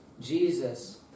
Jesus